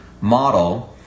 model